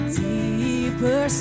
deeper